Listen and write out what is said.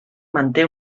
manté